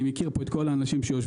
אני מכיר פה את כל האנשים שיושבים,